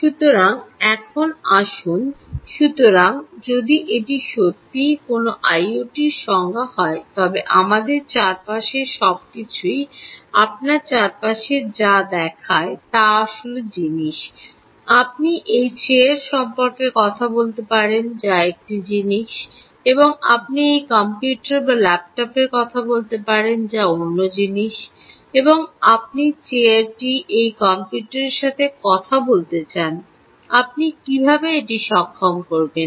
সুতরাং এখন আসুন সুতরাং যদি এটি সত্যই কোনও আইওটি র সংজ্ঞা হয় তবে আমাদের চারপাশের সবকিছুই আপনার চারপাশে যা দেখায় তা আসলে জিনিস আপনি এই চেয়ার সম্পর্কে কথা বলতে পারেন যা একটি জিনিস এবং আপনি এই কম্পিউটার বা ল্যাপটপের কথা বলতে পারেন যা অন্য জিনিস এবং আপনি চেয়ারটি এই কম্পিউটারের সাথে কথা বলতে চান আপনি কীভাবে এটি সক্ষম করবেন